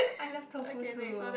I love tofu too